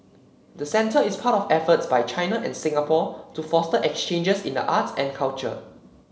the center is part of efforts by China and Singapore to foster exchanges in the arts and culture